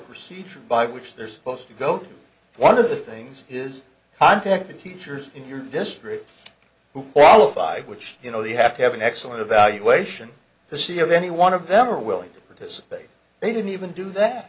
procedure by which they're supposed to go to one of the things is contacting teachers in your district who qualified which you know they have to have an excellent evaluation to see of any one of them are willing to participate they don't even do that